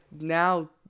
now